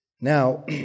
Now